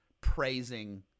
praising